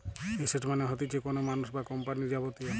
asset মানে হতিছে কোনো মানুষ বা কোম্পানির যাবতীয়